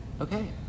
okay